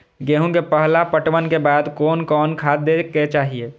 गेहूं के पहला पटवन के बाद कोन कौन खाद दे के चाहिए?